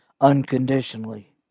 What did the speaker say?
unconditionally